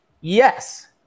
Yes